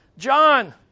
John